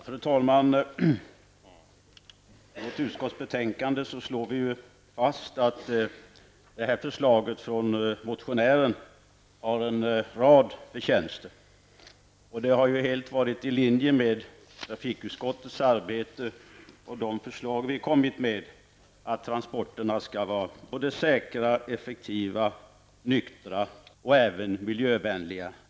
Fru talman! I utskottets betänkande slår vi fast att motionärens förslag har en rad förtjänster. Det har helt varit i linje med trafikutskottets arbete och de förslag vi har kommit med att transporterna skall vara säkra, effektiva, nyktra och även miljövänliga.